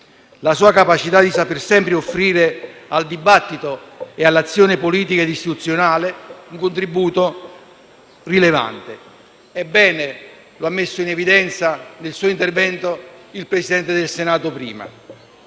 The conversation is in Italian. la sua capacità di saper sempre offrire al dibattito e all'azione politica e istituzionale un contributo rilevante, come bene ha messo in evidenza il Presidente del Senato nel